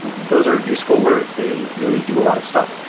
those are useful words. they really do a lot of stuff.